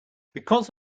because